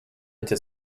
into